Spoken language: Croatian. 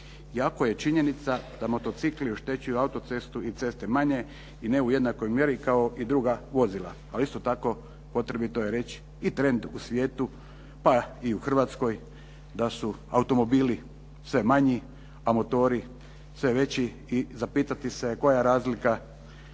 Iako je činjenica da motocikli oštećuju autocestu i ceste manje i ne u jednakoj mjeri kao i druga vozila, ali isto tako potrebito je reći i trend u svijetu, pa i u Hrvatskoj da su automobili sve manji, a motori sve veći i zapitati se koja je razlika